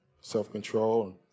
self-control